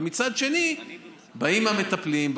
ומצד שני באים המטפלים,